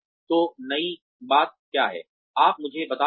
तो नई बात क्या है आप मुझे बता रहे हैं